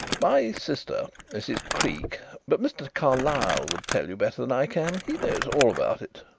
my sister, mrs. creake but mr. carlyle would tell you better than i can. he knows all about it.